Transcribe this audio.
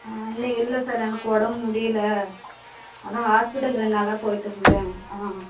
இல்லை இல்லை சார் எனக்கு உடம்பு முடியல அதுதான் ஆஸ்பிடல் ரெண்டு நாளாக போய்கிட்ருந்தேன் ஆ